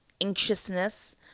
anxiousness